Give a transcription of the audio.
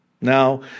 Now